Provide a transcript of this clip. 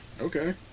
Okay